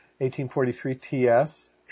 1843-TS